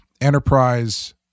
enterprise